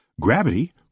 Gravity